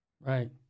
Right